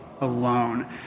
alone